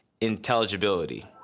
intelligibility